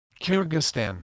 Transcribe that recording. Kyrgyzstan